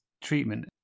treatment